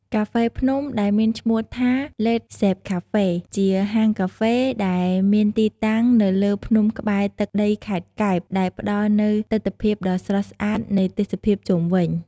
កាហ្វេភ្នំ ដែលមានឈ្នោះថា ឡេត ហ្សេប កាហ្វេ (LED ZEP CAFE) ជាហាងកាហ្វេដែលមានទីតាំងនៅលើភ្នំក្បែរទឹកដីខេត្តកែប ដែលផ្ដល់នូវទិដ្ឋភាពដ៏ស្រស់ស្អាតនៃទេសភាពជុំវិញ។